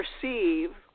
perceive